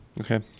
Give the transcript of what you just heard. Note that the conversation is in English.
Okay